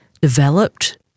developed